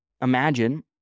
Imagine